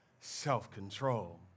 Self-control